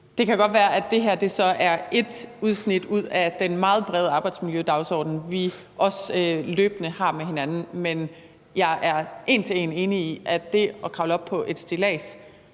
det kan godt være, at det her er én del af den meget brede arbejdsmiljødagsorden, vi løbende drøfter med hinanden, men jeg er en til en enig i, at det at kravle op på et stillads,